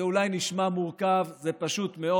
זה אולי נשמע מורכב, זה פשוט מאוד: